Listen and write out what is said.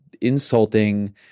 insulting